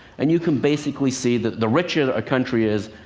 and you can basically see that the richer a country is,